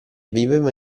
viveva